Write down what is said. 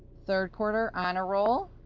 third quarter honor roll,